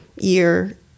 year